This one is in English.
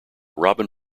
robin